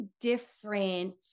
different